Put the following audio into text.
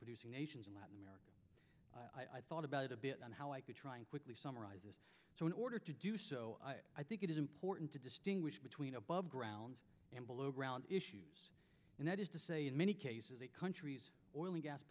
producing nations in latin america i thought about it a bit on how i could try and quickly summarize it so in order to do so i think it is important to distinguish between above ground and below ground issues and that is to say in many cases a country's oil and gas